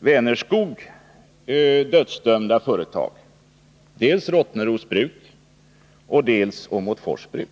Vänerskog dödsdömda företag, dels Rottneros Bruk, dels Åmotfors Bruk.